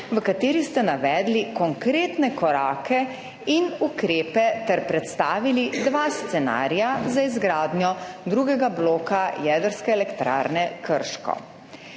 v kateri ste navedli konkretne korake in ukrepe ter predstavili dva scenarija za izgradnjo drugega bloka jedrske elektrarne Krško.